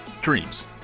dreams